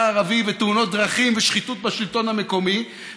הערבי ותאונות דרכים ושחיתות בשלטון המקומי,